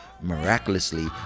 miraculously